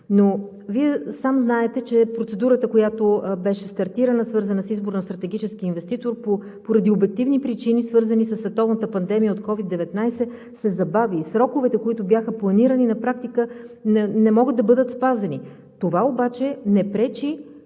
Но Вие сам знаете, че процедурата, която беше стартирана, свързана с избора на стратегическия инвеститор, поради обективни причини, свързана със световната пандемия от COVID-19, се забави и сроковете, които бяха планирани, на практика не могат да бъдат спазени. Това обаче не пречи,